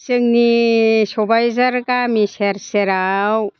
जोंनि सबायजार गामि सेर सेराव